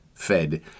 fed